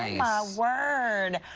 um my word.